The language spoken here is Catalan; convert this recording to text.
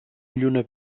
lluna